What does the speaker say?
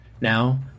Now